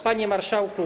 Panie Marszałku!